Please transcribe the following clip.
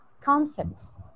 concepts